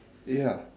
ya